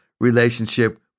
relationship